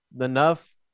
enough